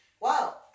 wow